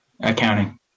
Accounting